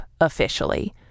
officially